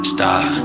Stop